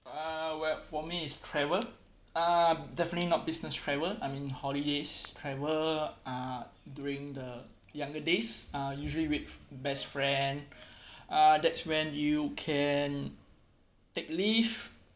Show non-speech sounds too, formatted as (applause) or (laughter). uh well for me is travel uh definitely not business travel I mean holidays travel uh during the younger days uh usually with best friend (breath) uh that's when you can take leave